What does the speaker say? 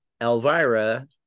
Elvira